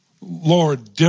Lord